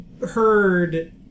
heard